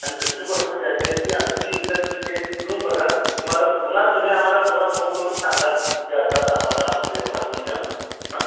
आणि दुसरी गोष्ट म्हणजे अशी आहे की आमची एकदा तुम्ही टेस्ट घेऊन बघा तुम्हाला पुन्हा तुम्ही आम्हाला पुन्हा फोन करून सांगाल की असं असं आम्हाला हे पाठवून द्या म्हणून हां